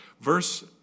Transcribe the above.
Verse